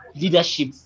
leadership